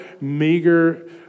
meager